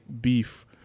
beef